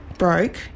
broke